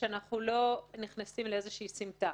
ושאנחנו לא נכנסים לאיזושהי סמטה.